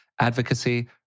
advocacy